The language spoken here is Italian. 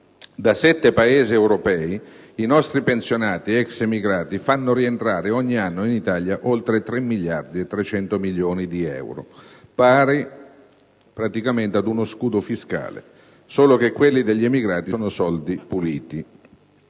da sette Paesi europei i nostri pensionati, ex emigrati, fanno rientrare ogni anno in Italia oltre 3,3 miliardi di euro (pari a quelli derivanti da uno scudo fiscale, solo che quelli degli emigrati sono soldi puliti).